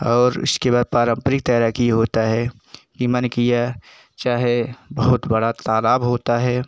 और उसके बाद पारंपरिक तैराकी होती है कि मन किया चाहे बहुत बड़ा तालाब होता है